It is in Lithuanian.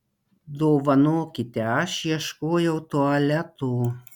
dovanokite aš ieškojau tualeto